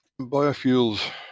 Biofuels